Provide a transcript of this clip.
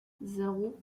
zéro